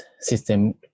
system